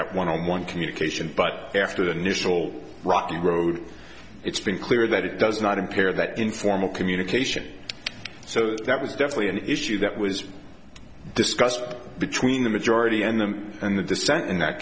that one on one communication but after the initial rocky road it's been clear that it does not impair that informal communication so that was definitely an issue that was discussed between the majority and them and the dissent in that